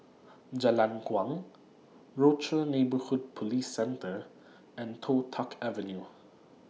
Jalan Kuang Rochor Neighborhood Police Centre and Toh Tuck Avenue